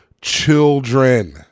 children